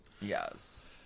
yes